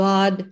God